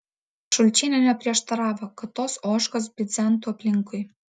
šulčienė neprieštaravo kad tos ožkos bidzentų aplinkui